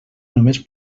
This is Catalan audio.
només